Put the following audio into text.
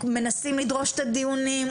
מנסים לדרוש את הדיונים,